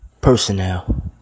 Personnel